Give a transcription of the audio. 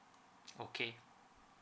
okay